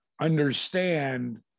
understand